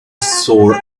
sore